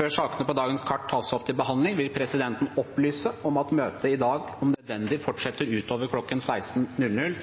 Før sakene på dagens kart tas opp til behandling, vil presidenten opplyse om at møtet i dag om nødvendig fortsetter utover kl. 16.